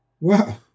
wow